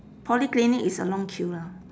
polyclinic is a long queue lah